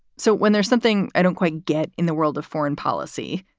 so when there's something i don't quite get in the world of foreign policy,